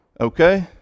okay